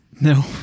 No